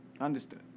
Understood